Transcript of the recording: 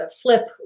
flip